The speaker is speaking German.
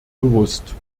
bewusst